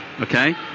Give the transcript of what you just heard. okay